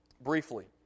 briefly